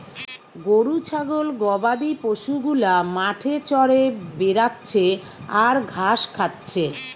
গরু ছাগল গবাদি পশু গুলা মাঠে চরে বেড়াচ্ছে আর ঘাস খাচ্ছে